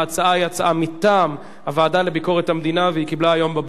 והיא תעבור לדיון בוועדת העבודה,